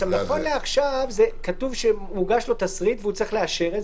נכון לעכשיו כתוב שמוגש לו תסריט והוא צריך לאשר את